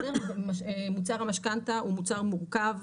מוצר המשכנתא הוא מוצר מורכב,